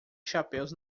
chapéus